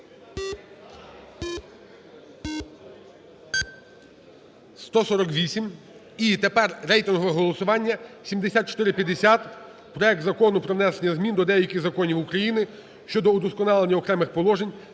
За-148 І тепер рейтингове голосування 7450 – проект Закону про внесення змін до деяких законів України щодо вдосконалення окремих положень